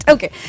Okay